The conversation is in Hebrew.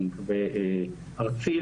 אני מקווה,